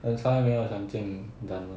that's why 没有想近 dunman